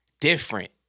different